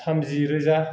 थामजि रोजा